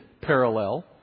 parallel